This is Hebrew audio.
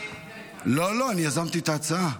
--- לא, לא, אני יזמתי את ההצעה.